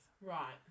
Right